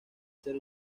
ser